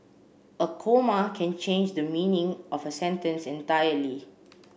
a comma can change the meaning of a sentence entirely